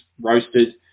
roasted